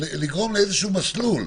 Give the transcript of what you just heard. לגרום לאיזשהו מסלול,